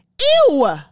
Ew